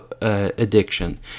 Addiction